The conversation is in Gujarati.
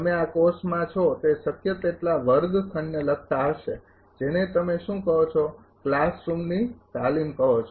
તમે આ કોર્સમાં છો તે શક્ય તેટલા વર્ગખંડને લગતા હશે જેને તમે શું કહો છો ક્લાસરૂમની તાલીમ કહો છો